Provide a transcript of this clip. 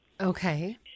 okay